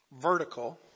vertical